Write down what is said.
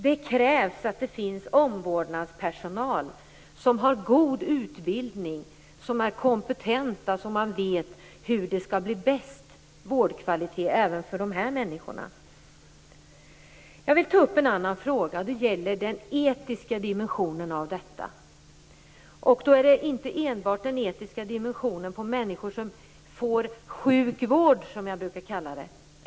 Det krävs omvårdnadspersonal som har god utbildning, som är kompetent och som vet hur man skall åstadkomma bäst vårdkvalitet även för dessa människor. Jag vill ta upp en annan fråga som gäller den etiska dimensionen av detta. Jag menar inte enbart den etiska dimensionen på människor som får sjuk vård eller icke-vård, som jag brukar kalla det.